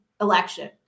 election